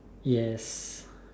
yes